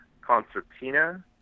Concertina